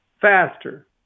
faster